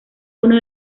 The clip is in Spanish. uno